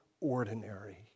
ordinary